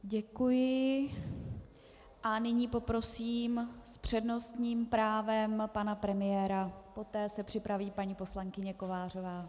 Děkuji a nyní poprosím s přednostním právem pana premiéra, poté se připraví paní poslankyně Kovářová.